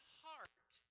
heart